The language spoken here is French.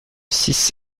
six